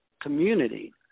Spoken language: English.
community